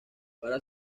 para